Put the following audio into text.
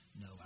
no